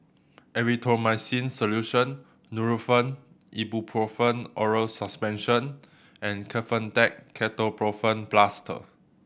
Erythroymycin Solution Nurofen Ibuprofen Oral Suspension and Kefentech Ketoprofen Plaster